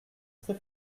très